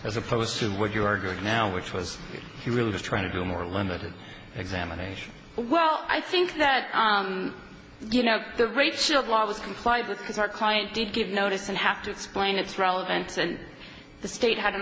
as opposed to what you are going now which was really just trying to do a more limited examination well i think that you know the rape shield law was complied with because our client did give notice and have to explain its relevance and the state had an